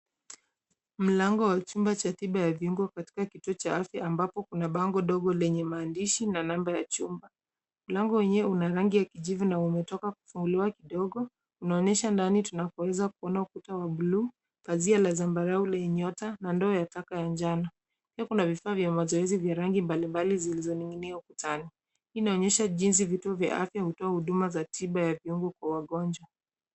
Mlango wa chumba cha tiba ya viungo katika kituo cha afya ambako kuna bango ndogo lenye maandishi na namba ya chumba, mlango wenyewe una rangi ya kijivu na umetoka kufunguliwa kidogo, unaonesha ndani tunapoweza kuna ukuta wa blue , pazia la zambarau lenye nyota na ndoo ya taka ya njano, pia kuna vifaa vya mazoezi vya rangi mbalimbali zilizo ning'inia ukutani, hii inaonyesha jinsi vitu vya afya hutoa huduma ya tiba ya viungo kwa wagonjwa.